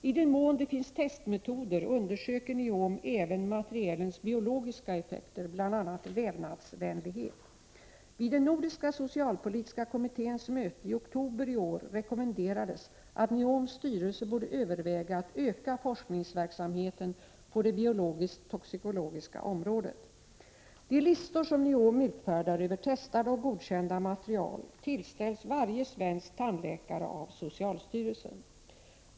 I den mån det finns testmetoder undersöker NNOM även materialens biologiska effekter, bl.a. vävnadsvänlighet. Vid den nordiska socialpolitiska kommitténs möte i oktober i år rekommenderades att NIOM:s styrelse borde överväga att öka forskningsverksamheten på det biologisk-toxikologiska området. De listor som NIOM utfärdar över testade och godkända material tillställs varje svensk tandläkare av socialstyrelsen.